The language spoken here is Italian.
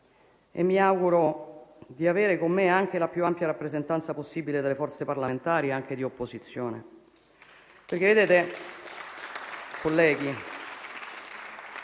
e mi auguro di avere con me anche la più ampia rappresentanza possibile delle forze parlamentari, anche di opposizione